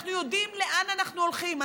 אנחנו יודעים לאן אנחנו הולכים.